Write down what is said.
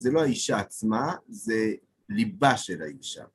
זה לא האישה עצמה, זה ליבה של האישה.